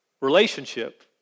Relationship